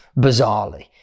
bizarrely